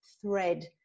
thread